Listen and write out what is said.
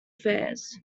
affairs